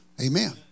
Amen